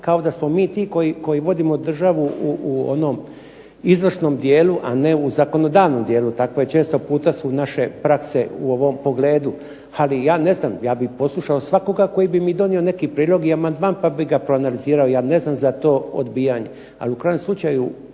kao da smo mi ti koji vodimo državu u onom izvršnom dijelu, a ne u zakonodavnom dijelu. Tako je često puta su naše prakse u ovom pogledu. Ali ja ne znam, ja bi poslušao svakoga koji bi mi donio neki prijedlog i amandman pa bi ga proanalizirali, ja ne znam za to odbijanje, ali u krajnjem slučaju